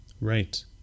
Right